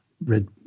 red